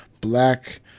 Black